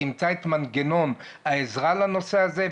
תמצא את מנגנון העזרה לנושא הזה.